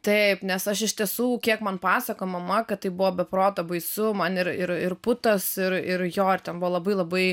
taip nes aš iš tiesų kiek man pasakojo mama kad tai buvo be proto baisu man ir ir ir putos ir ir jo ten buvo labai labai